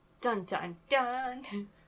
Dun-dun-dun